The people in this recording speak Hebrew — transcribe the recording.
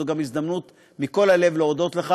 וזו גם הזדמנות מכל הלב להודות לך.